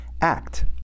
act